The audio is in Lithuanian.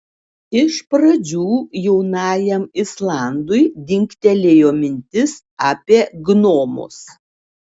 iš pradžių jaunajam islandui dingtelėjo mintis apie gnomus